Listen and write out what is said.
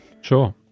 Sure